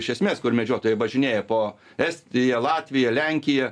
iš esmės kur medžiotojai važinėja po estiją latviją lenkiją